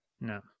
No